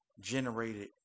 generated